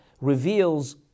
reveals